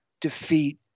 defeat